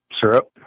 syrup